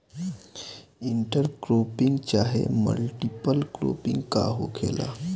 Inter cropping चाहे multiple cropping का होखेला?